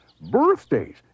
Birthdays